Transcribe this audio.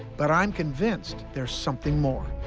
but i'm convinced there's something more.